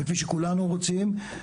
וכפי שכולנו רוצים,